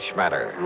matter